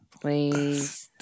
please